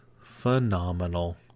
phenomenal